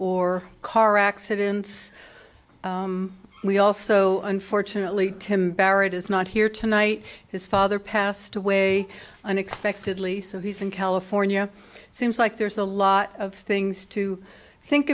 or car accidents we also unfortunately tim barrett is not here tonight his father passed away unexpectedly so he's in california it seems like there's a lot of things to think